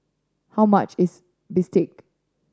how much is bistake